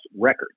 record